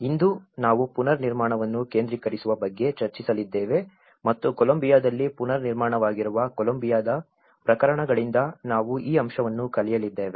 ಇಂದು ನಾವು ಪುನರ್ನಿರ್ಮಾಣವನ್ನು ವಿಕೇಂದ್ರೀಕರಿಸುವ ಬಗ್ಗೆ ಚರ್ಚಿಸಲಿದ್ದೇವೆ ಮತ್ತು ಕೊಲಂಬಿಯಾದಲ್ಲಿ ಪುನರ್ನಿರ್ಮಾಣವಾಗಿರುವ ಕೊಲಂಬಿಯಾದ ಪ್ರಕರಣಗಳಿಂದ ನಾವು ಈ ಅಂಶವನ್ನು ಕಲಿಯಲಿದ್ದೇವೆ